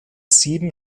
sieben